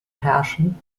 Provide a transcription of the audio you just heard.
herrschen